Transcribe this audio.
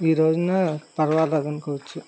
ఈ రోజున పర్వాలేదనుకోవచ్చు